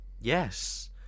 Yes